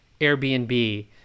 Airbnb